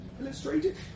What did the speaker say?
illustrated